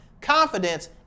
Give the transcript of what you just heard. confidence